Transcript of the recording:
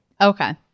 Okay